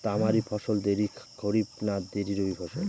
তামারি ফসল দেরী খরিফ না দেরী রবি ফসল?